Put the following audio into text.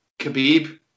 Khabib